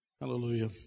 Hallelujah